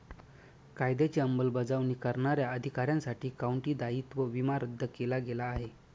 कायद्याची अंमलबजावणी करणाऱ्या अधिकाऱ्यांसाठी काउंटी दायित्व विमा रद्द केला गेला आहे